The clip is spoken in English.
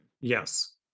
yes